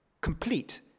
complete